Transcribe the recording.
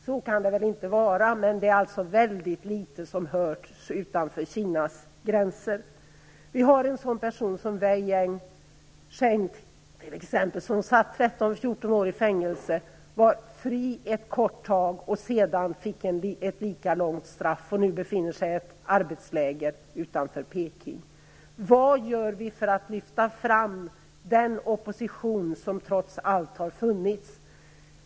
Så kan det väl inte vara, men det är väldigt litet som hörts utanför Kinas gränser. Det finns en person, Wei Jingsheng, som satt 13-14 år i fängelse, var fri ett kort tag och sedan fick ett lika långt straff. Nu befinner han sig i ett arbetsläger utanför Peking. Vad gör vi för att lyfta fram den opposition som trots allt har funnits?